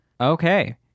Okay